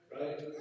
right